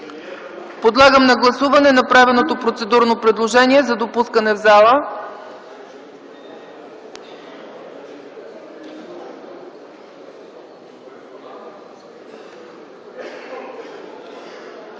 Подлагам на гласуване направеното процедурно предложение – да поканим